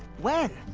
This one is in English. when?